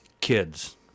Kids